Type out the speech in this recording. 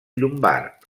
llombard